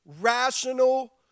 rational